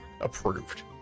approved